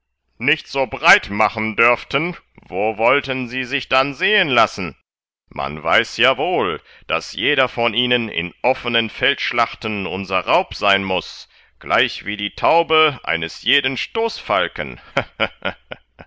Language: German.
nicht so breit machen dörften wo wollten sie sich dann sehen lassen man weiß ja wohl daß jeder von ihnen in offenen feldschlachten unser raub sein muß gleichwie die taube eines jeden stoßfalken